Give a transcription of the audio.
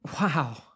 Wow